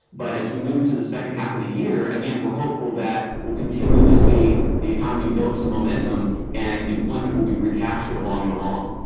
but as we move into the second half of the year, again we're hopeful that we'll continue to see the economy build some momentum and employment will be recaptured along in the